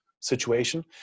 situation